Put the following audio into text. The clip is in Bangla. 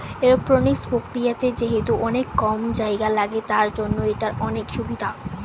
এরওপনিক্স প্রক্রিয়াতে যেহেতু অনেক কম জায়গা লাগে, তার জন্য এটার অনেক সুভিধা